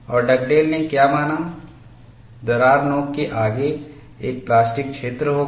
और डगडेल ने क्या माना दरार नोक के आगे एक प्लास्टिक क्षेत्र होगा